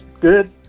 Good